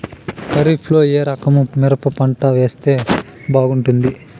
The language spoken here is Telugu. ఖరీఫ్ లో ఏ రకము మిరప పంట వేస్తే బాగుంటుంది